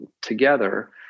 together